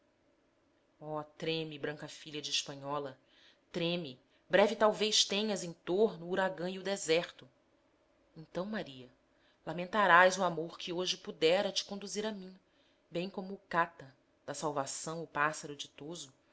oh treme branca filha de espanhola treme breve talvez tenhas em torno o uragã e o deserto então maria lamentarás o amor que hoje pudera te conduzir a mim bem como o kata da salvação o pássaro